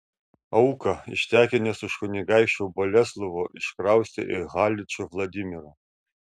auką ištekinęs už kunigaikščio boleslovo iškraustė į haličo vladimirą